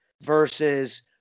versus